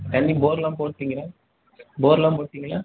தண்ணி போர்லாம் போட்டீங்களா போர்லாம் போட்டீங்களா